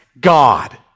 God